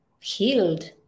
healed